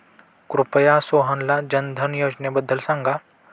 कृपया सोहनला जनधन योजनेबद्दल सांगा